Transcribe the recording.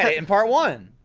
ah in part one!